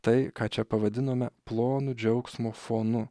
tai ką čia pavadinome plonu džiaugsmo fonu